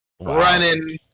running